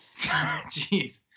Jeez